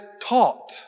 taught